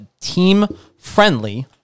team-friendly –